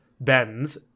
bends